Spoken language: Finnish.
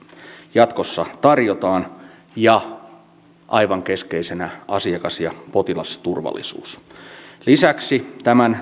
jatkossa tarjotaan ja aivan keskeisenä asiakas ja potilasturvallisuus lisäksi tämän